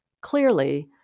Clearly